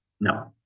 No